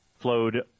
flowed